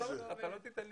צאו מזה.